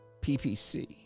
PPC